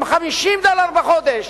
עם 50 דולר בחודש,